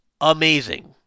amazing